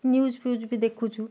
news ଫ୍ୟୁଜ୍ ବି ଦେଖୁଛୁ